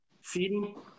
feeding